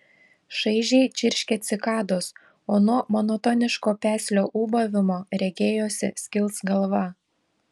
šaižiai čirškė cikados o nuo monotoniško peslio ūbavimo regėjosi skils galva